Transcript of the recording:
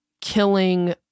killing